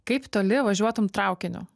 kaip toli važiuotum traukiniu